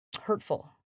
hurtful